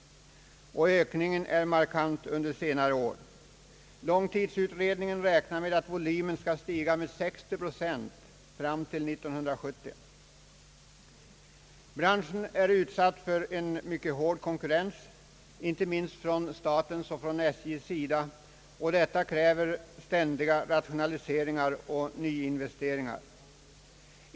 Ökningen under senare år är markant, och långtidsutredningen räknar med att volymen skall stiga med 60 procent fram till 1970. Branschen är utsatt för en mycket hård konkurrens, inte minst från staten och SJ, och detta kräver ständiga rationaliseringar och nyinvesteringar.